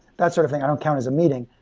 that sort of thing, i don't count as a meeting.